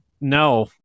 no